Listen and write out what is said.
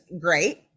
great